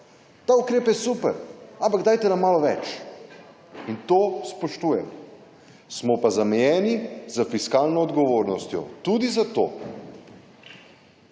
Ta ukrep je super, ampak dajte nam malo več in to spoštujem. Smo pa zamejeni s fiskalno odgovornostjo tudi zato,